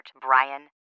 Brian